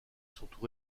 surtout